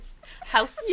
House